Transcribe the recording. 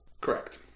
Correct